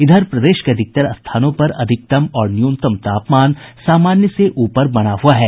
इधर प्रदेश के अधिकतर स्थानों पर अधिकतम और न्यूनतम तापमान सामान्य से ऊपर बना हुआ है